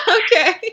okay